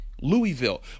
Louisville